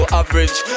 average